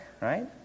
right